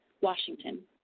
Washington